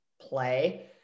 play